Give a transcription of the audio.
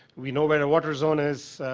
we know where water zone is,